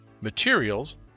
materials